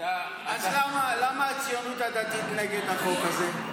אז למה הציונות הדתית נגד החוק הזה?